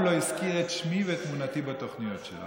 מעולם הוא לא הזכיר את שמי ואת תמונתי בתוכניות שלו.